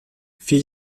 vier